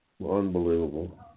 Unbelievable